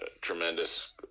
tremendous